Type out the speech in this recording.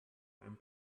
ein